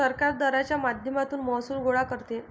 सरकार दराच्या माध्यमातून महसूल गोळा करते